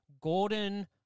Gordon